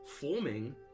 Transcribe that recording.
forming